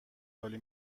عالی